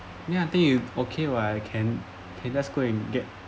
yeah then you okay [what] can can just go and get